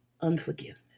unforgiveness